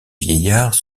vieillards